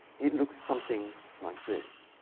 it looks something like this.